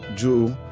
jew.